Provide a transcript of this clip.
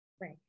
Right